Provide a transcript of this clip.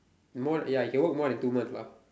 more ya you can work more than two months lah